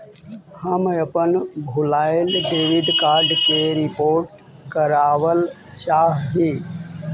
हम अपन भूलायल डेबिट कार्ड के रिपोर्ट करावल चाह ही